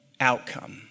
outcome